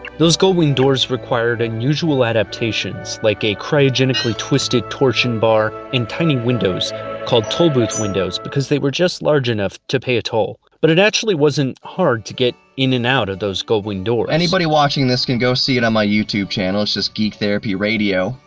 those gullwing doors required unusual adaptations, like a cryogenically twisted torsion bar and tiny windows called tollbooth windows, because they were just large enough to pay a toll. but it actually wasn't hard to get in and out of those gullwing doors. anybody watching this can see it on my youtube channel, it's just geek therapy radio.